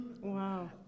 Wow